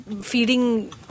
feeding